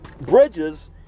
bridges